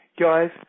guys